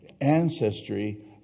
ancestry